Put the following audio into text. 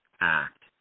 Act